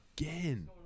again